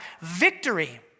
victory